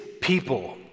people